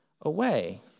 away